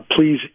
please